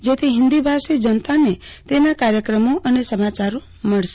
જેથી હિન્દી ભાષી જનતાને તેના કાર્યક્રમો અને સમાચારો મળશે